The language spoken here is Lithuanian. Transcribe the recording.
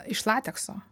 iš latekso